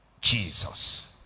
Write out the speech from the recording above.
Jesus